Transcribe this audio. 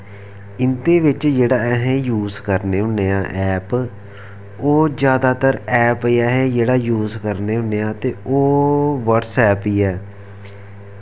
इं'दे बिच्च जेह्ड़ा अस यूस करने होन्ने आं एैप ओह् जैदातर ऐप जेह्ड़ा अस यूस करने आं ते ओह् बट्सएैप ई ऐ